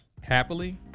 Happily